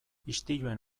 istiluen